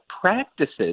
practices